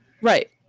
Right